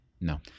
No